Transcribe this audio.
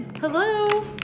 Hello